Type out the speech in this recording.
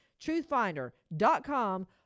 Truthfinder.com